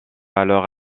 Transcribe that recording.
alors